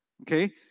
okay